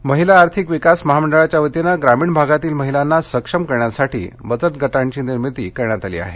मेळावा महिला आर्थिक विकास महामंडळच्या वतीने ग्रामीण भागातील महिलांना सक्षम करण्यासाठी बचत गटांची निर्मिती करण्यात आली आहे